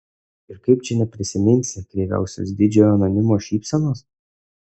ir kaip čia neprisiminsi kreiviausios didžiojo anonimo šypsenos